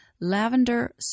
lavender